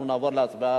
אנחנו נעבור להצבעה,